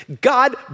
God